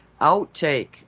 outtake